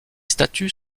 statuts